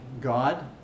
God